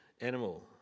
animal